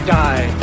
die